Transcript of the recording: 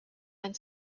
and